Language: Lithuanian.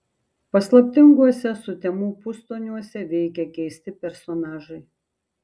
paslaptinguose sutemų pustoniuose veikia keisti personažai